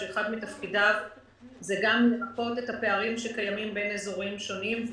שאחד מתפקידיו זה גם למפות את הפערים שקיימים בין אזורים שונים,